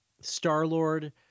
Star-Lord